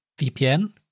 VPN